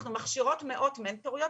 אנחנו מכשירות מאות מנטוריות,